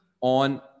on